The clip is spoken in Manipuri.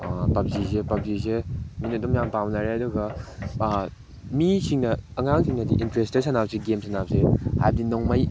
ꯄꯞꯖꯤꯁꯦ ꯄꯞꯖꯤꯁꯦ ꯃꯤꯅ ꯑꯗꯨꯝ ꯌꯥꯝꯅ ꯄꯥꯝꯅꯔꯦ ꯑꯗꯨꯒ ꯃꯤꯁꯤꯡꯅ ꯑꯉꯥꯡꯁꯤꯡꯅꯗꯤ ꯏꯟꯇꯔꯦꯁꯇ ꯁꯥꯟꯅꯕꯁꯤ ꯒꯦꯝ ꯁꯥꯟꯅꯕꯁꯦ ꯍꯥꯏꯕꯗꯤ ꯅꯣꯡꯃꯩ